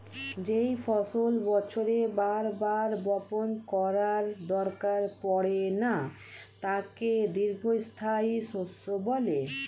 যেই ফসল বছরে বার বার বপণ করার দরকার পড়ে না তাকে দীর্ঘস্থায়ী শস্য বলে